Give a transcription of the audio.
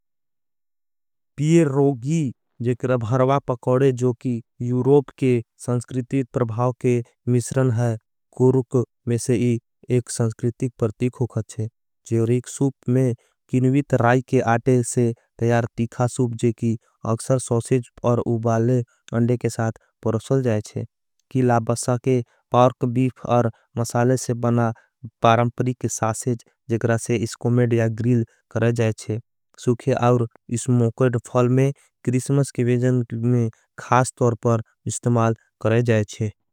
पियरोगी जगर भर्वा पकोड़े जोकी यूरोप के संस्क्रितित प्रभाव। के मिश्रन है कुरुक में से एक संस्क्रितित परतीखोख है जोरीक। सूप में किनूबीत राई के आटे से तैयार तीखा सूप जेकी अक्शर। सोसेज और उबाले अंडे के साथ परुशल जायेंचे किलाबसा के। पार्क बीफ और मसाले से बना परमपरीक सासेज जगरा से। इसको में डिया ग्रिल करे जायेंचे सुखे और स्मोकेट फ़ल में। क्रिसमस के वेजन में खास तोर पर इस्तेमाल करे जायेंचे।